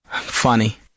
Funny